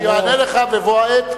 הוא יענה לך בבוא העת,